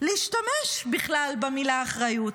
להשתמש בכלל במילה אחריות,